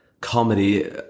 comedy